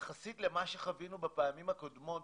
יחסית למה שחווינו בפעמים הקודמות,